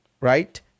right